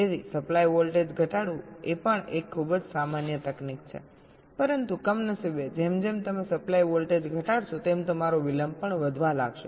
તેથી supply voltage ઘટાડવું એ પણ એક ખૂબ જ સામાન્ય તકનીક છે પરંતુ કમનસીબે જેમ જેમ તમે સપ્લાય વોલ્ટેજ ઘટાડશો તેમ તમારો વિલંબ પણ વધવા લાગશે